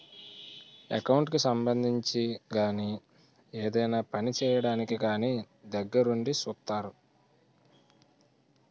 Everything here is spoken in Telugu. ఎకౌంట్ కి సంబంధించి గాని ఏదైనా పని చేయడానికి కానీ దగ్గరుండి సూత్తారు